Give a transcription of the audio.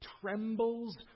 trembles